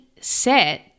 set